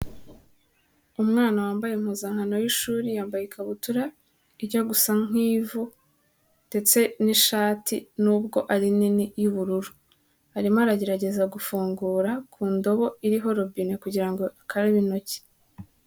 Umwana wambaye impuzankano w'ishuri yambaye ikabutura ijya gusa nk'ivu ndetse n'ishati nubwo ari nini y'ubururu. Arimo aragerageza gufungura ku ndobo iriho robine kugira ngo akarabe intoki.